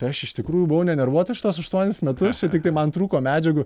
aš iš tikrųjų buvau nenervuotas šituos aštuonis metus čia tiktai man trūko medžiagų